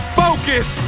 focus